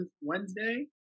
Wednesday